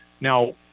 Now